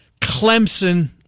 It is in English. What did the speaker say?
Clemson